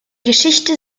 geschichte